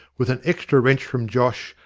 with an extra wrench from josh,